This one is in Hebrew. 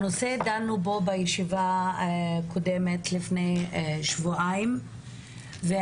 בישיבה קודמת לפני שבועיים דנו בנושא